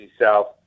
South